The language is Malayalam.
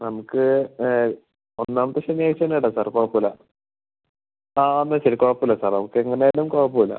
നമ്മുക്ക് ഒന്നാമത്തെ ശനിയാഴ്ച തന്നെ ഇടാം സാർ കുഴപ്പം ഇല്ല ആ എന്നാ ശരി കുഴപ്പം ഇല്ല സാർ നമ ക്ക് എങ്ങനെ ആയാലും കുഴപ്പം ഇല്ല